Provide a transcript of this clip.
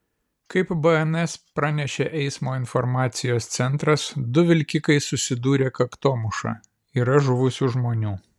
kaip bns pranešė eismo informacijos centras du vilkikai susidūrė kaktomuša yra žuvusių žmonių